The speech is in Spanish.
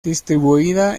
distribuida